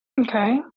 Okay